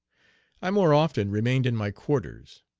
i more often remained in my quarters.